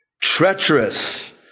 treacherous